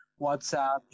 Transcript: WhatsApp